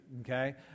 okay